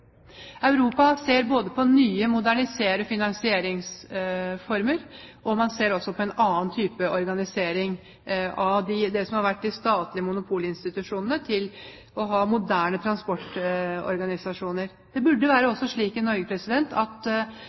Europa ser både på nye, moderne finansieringsformer og på en annen type organisering, fra det som har vært statlige monopolinstitusjoner til det å ha moderne transportorganisasjoner. Det burde også være slik i Norge at